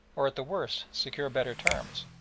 or at the worst secure better terms,